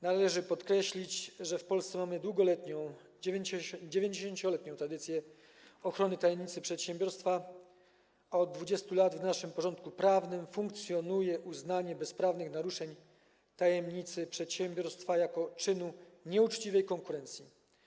Należy podkreślić, że w Polsce mamy długoletnią, 90-letnią tradycję ochrony tajemnic przedsiębiorstwa, a od 20 lat w naszym porządku prawnym funkcjonuje uznanie bezprawnego naruszenia tajemnicy przedsiębiorstwa za czyn nieuczciwej konkurencji.